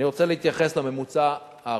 אני רוצה להתייחס לממוצע הארצי.